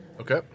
Okay